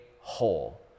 whole